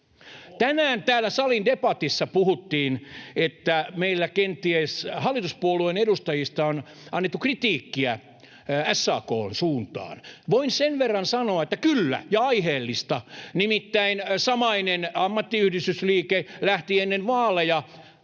Tänään täällä salin debatissa puhuttiin, että meillä kenties hallituspuolueen edustajista on annettu kritiikkiä SAK:n suuntaan. Voin sen verran sanoa, että kyllä, ja aiheellista, nimittäin samainen ammattiyhdistysliike lähti ennen vaaleja